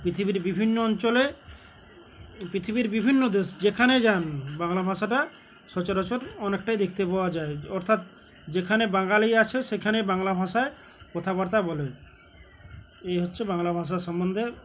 পৃথিবীর বিভিন্ন অঞ্চলে পৃথিবীর বিভিন্ন দেশ যেখানে যান বাংলা ভাষাটা সচরাচর অনেকটাই দেখতে পাওয়া যায় অর্থাৎ যেখানে বাঙালি আছে সেখানেই বাংলা ভাষায় কথাবার্তা বলে এই হচ্ছে বাংলা ভাষা সম্বন্ধে